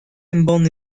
embann